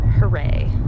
Hooray